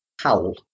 howl